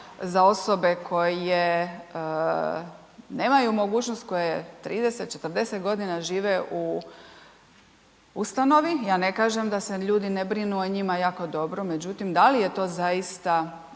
za osobe koje nemaju mogućnosti, koje 30-40 godina žive u ustanovi. Ja ne kažem da se ljudi ne brinu o njima jako dobro, međutim, da li je to zaista